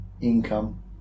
income